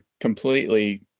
completely